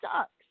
sucks